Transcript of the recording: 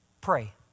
Pray